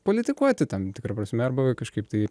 politikuoti tam tikra prasme arba kažkaip tai